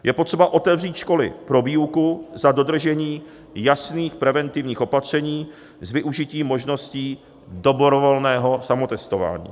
Je potřeba otevřít školy pro výuku za dodržení jasných preventivních opatření s využitím možností dobrovolného samotestování.